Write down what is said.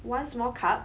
one small cup